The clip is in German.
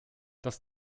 das